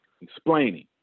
explaining